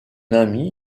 ami